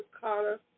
Carter